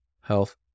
health